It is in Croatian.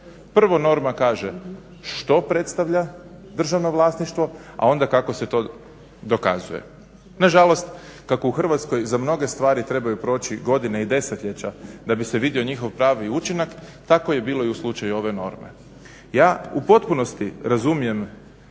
Prvo norma kaže što predstavlja državno vlasništvo, a onda kako se to dokazuje. Nažalost kako u Hrvatskoj za mnoge stvari trebaju proći godine i desetljeća da bi se vidio njihov pravi učinak, tako je bilo i u slučaju ove norme. Ja u potpunosti razumijem